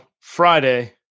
Friday